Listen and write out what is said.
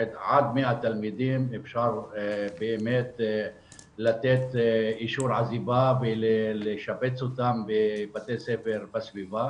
אפשר באמת לתת אישור עזיבה ולשבץ אותם בבתי ספר בסביבה,